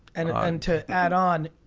and and to add on.